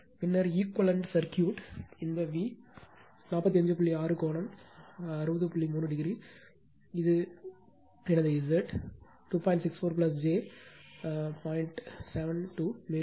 பின்னர் equivalent circuit இந்த V